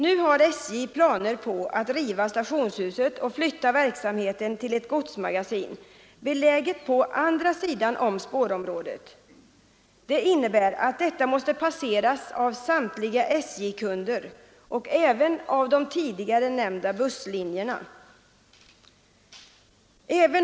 Nu har SJ planer på att riva stationshuset och flytta verksamheten till ett godsmagasin, beläget på andra sidan om spårområdet. Det innebär att spårområdet måste passeras av samtliga SJ-kunder och även av bussarna på de tidigare nämnda linjerna.